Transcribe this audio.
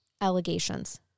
allegations